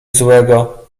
złego